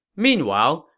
meanwhile,